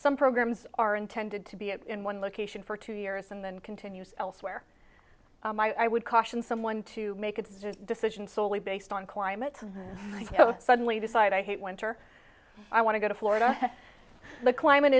some programs are intended to be in one location for two years and then continues elsewhere i would caution someone to make a decision solely based on climate suddenly decide i hate winter i want to go to florida the climate